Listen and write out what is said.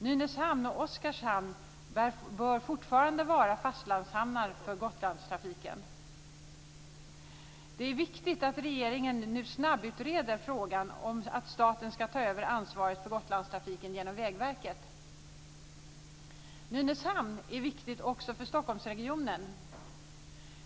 Nynäshamn och Oskarshamn bör fortfarande vara fastlandshamnar för Gotlandstrafiken. Nynäshamn är viktigt också för Stockholmsregionen.